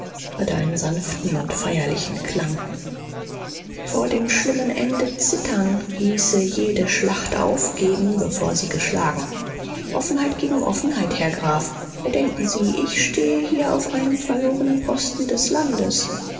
hatte einen sanften und feierlichen klang vor dem schlimmen ende zittern hieße jede schlacht aufgeben bevor sie geschlagen offenheit gegen offenheit herr graf bedenken sie ich stehe hier auf einem verlorenen posten des landes